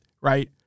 Right